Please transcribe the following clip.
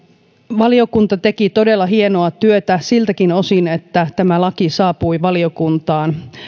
valiokunta teki todella hienoa työtä siltäkin osin että tämä laki saapui valiokuntaan